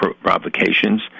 provocations